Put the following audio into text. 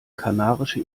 kanarische